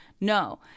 No